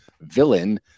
villain